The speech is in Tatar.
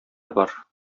бар